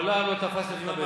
מעולם לא תפסתי אותך,